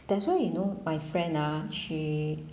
that's why you know my friend ah she